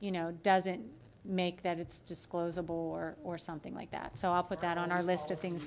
you know doesn't make that it's disclosable or or something like that so off with that on our list of things